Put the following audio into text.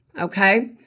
okay